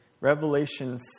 Revelation